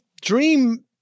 dream